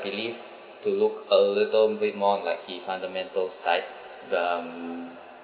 believe to look a little bit more on like the fundamentals type the um